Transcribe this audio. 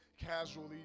casually